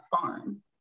farm